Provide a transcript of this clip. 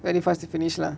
very fast to finish lah